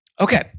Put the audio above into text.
okay